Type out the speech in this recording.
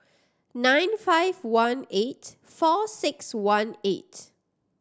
nine five one eight four six one eight